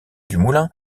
dumoulin